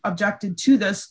objected to this